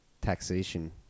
taxation